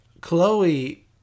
Chloe